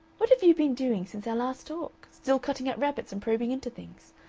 what have you been doing since our last talk? still cutting up rabbits and probing into things?